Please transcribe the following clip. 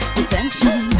attention